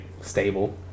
stable